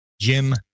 Jim